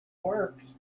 works